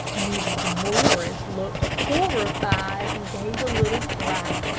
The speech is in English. mrs. morris looked horrified, and gave a little cry,